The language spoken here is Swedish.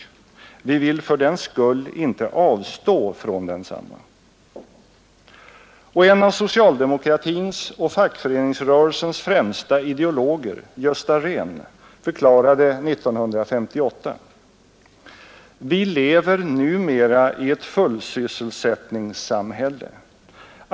Vi vill för den skull inte avstå från densamma.” Och en av socialdemokratins och fackföreningsrörelsens främsta ideologer, Gösta Rehn, förklarade 1958: ”Vi lever numera i ett fullsysselsättningssamhälle.